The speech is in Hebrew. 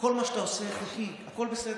כל מה שאתה עושה חוקי, הכול בסדר.